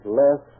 less